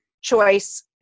choice